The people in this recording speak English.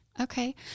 okay